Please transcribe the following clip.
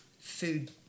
food